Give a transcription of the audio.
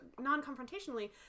non-confrontationally